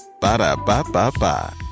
Ba-da-ba-ba-ba